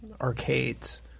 arcades